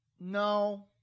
No